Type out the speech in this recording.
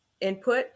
input